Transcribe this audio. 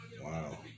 Wow